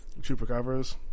Chupacabras